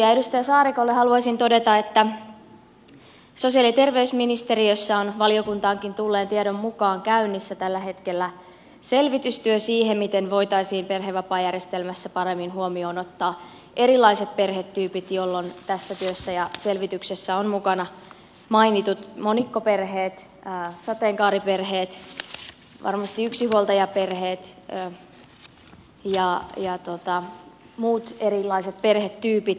edustaja saarikolle haluaisin todeta että sosiaali ja terveysministeriössä on valiokuntaankin tulleen tiedon mukaan käynnissä tällä hetkellä selvitystyö siitä miten voitaisiin perhevapaajärjestelmässä paremmin huomioon ottaa erilaiset perhetyypit jolloin tässä työssä ja selvityksessä ovat mukana mainitut monikkoperheet sateenkaariperheet varmasti yksinhuoltajaperheet ja muut erilaiset perhetyypit